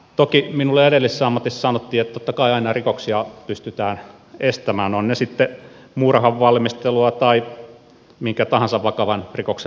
toki minulle edellisessä ammatissani sanottiin että totta kai aina rikoksia pystytään estämään ovat ne sitten murhan valmistelua tai minkä tahansa vakavan rikoksen valmistelua